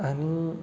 आनी